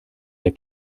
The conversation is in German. der